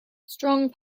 strong